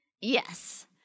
Yes